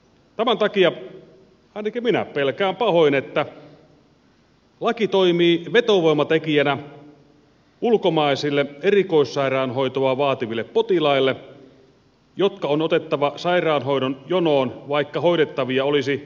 tämän takia ainakin minä pelkään pahoin että laki toimii vetovoimatekijänä ulkomaisille erikoissairaanhoitoa vaativille potilaille jotka on otettava sairaanhoidon jonoon vaikka hoidettavia olisi omastakin takaa